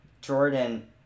Jordan